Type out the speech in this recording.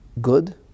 good